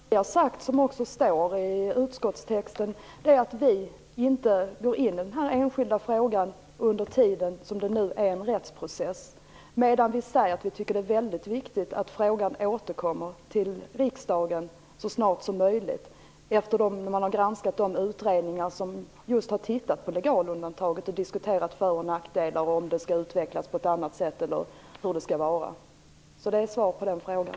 Fru talman! Jag har sagt, och det står också i utskottstexten, att vi inte går in på den enskilda frågan så länge som det pågår en rättsprocess. Däremot säger vi att det är väldigt viktigt att frågan återkommer till riksdagen så fort som möjligt efter det att de utredningar granskats som just har tittat på legalundantaget och som har diskuterat för och nackdelar samt om detta skall utvecklas på ett annat sätt eller hur det skall vara. Det är mitt svar på den frågan.